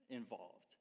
involved